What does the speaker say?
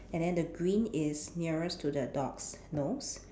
and then the green is nearest to the dog's nose